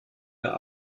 der